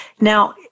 Now